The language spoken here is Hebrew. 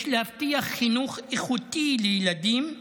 יש להבטיח חינוך איכותי לילדים,